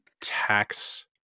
tax